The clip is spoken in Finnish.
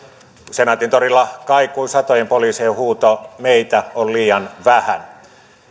senaatintorilla kaikui satojen poliisien huuto meitä on liian vähän